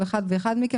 כל אחד ואחד מכם,